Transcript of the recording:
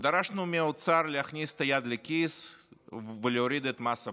ודרשנו מהאוצר להכניס את היד לכיס ולהוריד את מס הבלו,